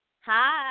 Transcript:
Hi